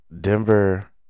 Denver